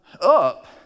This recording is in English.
up